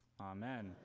Amen